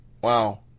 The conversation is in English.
Wow